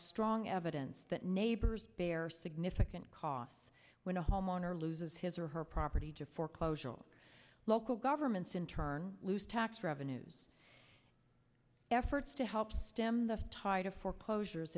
strong evidence that neighbors bear significant costs when a homeowner loses his or her property to foreclosure local governments in turn loose tax revenues efforts to help stem the tide of foreclosures